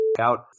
out